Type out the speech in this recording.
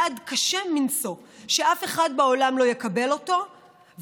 צעק קשה מנשוא שאף אחד בעולם לא יקבל אותו,